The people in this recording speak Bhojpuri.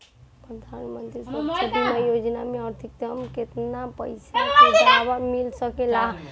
प्रधानमंत्री सुरक्षा बीमा योजना मे अधिक्तम केतना पइसा के दवा मिल सके ला?